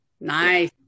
Nice